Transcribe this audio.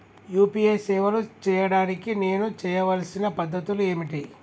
UPI సేవలు చేయడానికి నేను చేయవలసిన పద్ధతులు ఏమిటి?